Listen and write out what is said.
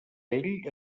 ell